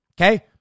Okay